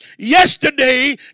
Yesterday